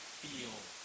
feel